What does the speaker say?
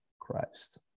Christ